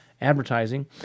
advertising